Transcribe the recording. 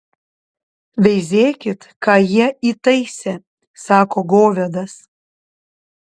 veizėkit ką jie įtaisė sako govedas